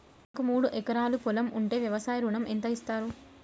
నాకు మూడు ఎకరాలు పొలం ఉంటే వ్యవసాయ ఋణం ఎంత ఇస్తారు?